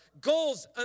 goals